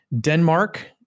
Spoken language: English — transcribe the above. Denmark